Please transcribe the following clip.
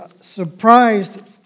surprised